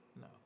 No